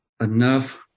enough